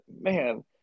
man